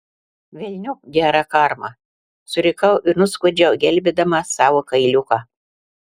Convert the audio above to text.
velniop gerą karmą surikau ir nuskuodžiau gelbėdama savo kailiuką